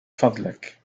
فضلك